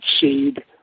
seed